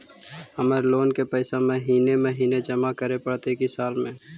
हमर लोन के पैसा महिने महिने जमा करे पड़तै कि साल में?